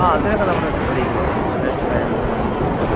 ആ അതിനൊക്കെ നമ്മൾ റെഡി ആക്കിത്തരാം ഇൻസ്റ്റൊളേഷനും കാര്യങ്ങളൊക്കെ നമ്മൾ ചെയ്തു തരാം